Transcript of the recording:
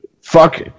fuck